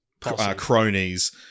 cronies